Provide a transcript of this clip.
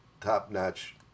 top-notch